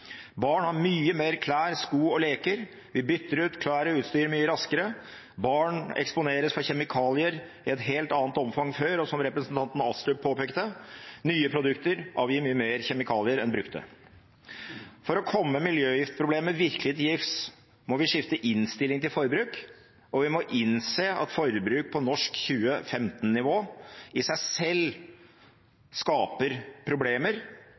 Barn har mye mer klær, sko og leker. Vi bytter ut klær og utstyr mye raskere. Barn eksponeres for kjemikalier i et helt annet omfang enn før. Og, som representanten Astrup påpekte, nye produkter avgir mye mer kjemikalier enn brukte. For å komme miljøgiftproblemet virkelig til livs må vi skifte innstilling til forbruk, og vi må innse at forbruk på norsk 2015-nivå i seg selv skaper problemer